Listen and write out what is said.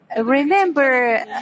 remember